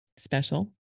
Special